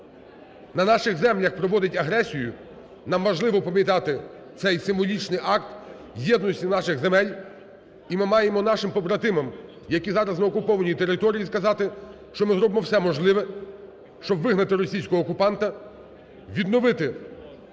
на наших землях проводить агресію, нам важливо пам'ятати цей символічний акт єдності наших земель. І ми маємо нашим побратимам, які зараз на окупованій території, сказати, що ми зробимо все можливе, щоб вигнати російського окупанта, відновити